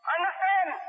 Understand